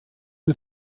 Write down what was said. you